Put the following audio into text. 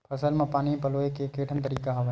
फसल म पानी पलोय के केठन तरीका हवय?